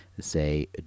say